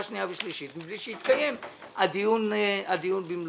שנייה ושלישית מבלי שיתקיים הדיון במלואו.